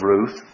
Ruth